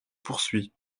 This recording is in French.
poursuit